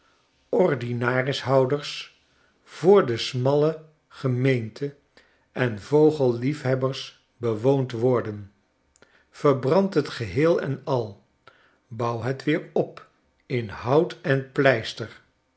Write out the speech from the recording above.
ordinaris houders voor de smalle gemeente en vogelliefhebbers bewoond worden verbrand het geheel en al bouw het weer op in hout en pleister